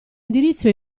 indirizzo